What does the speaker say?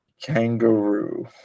kangaroo